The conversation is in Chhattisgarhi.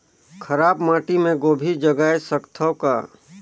खराब माटी मे गोभी जगाय सकथव का?